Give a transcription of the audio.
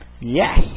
Yes